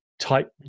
type